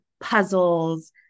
puzzles